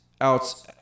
out